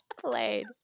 played